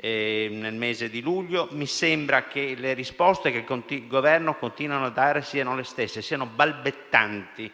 nel mese di luglio. Mi sembra che le risposte che il Governo continua a dare siano le stesse e siano balbettanti.